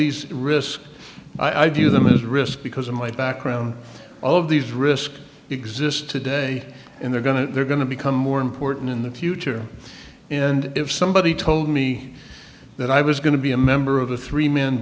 these risks i view them as risk because in my background all of these risk exist today and they're going to they're going to become more important in the future and if somebody told me that i was going to be a member of the three m